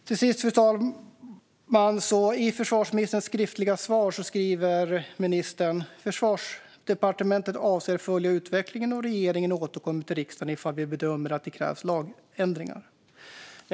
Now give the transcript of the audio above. Till sist, fru talman: Försvarsministern skriver i sitt skriftliga svar på interpellationen: "Försvarsdepartementet avser att följa utvecklingen, och regeringen återkommer till riksdagen i det fall vi bedömer att det krävs lagändringar."